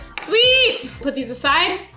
sweet! put these aside,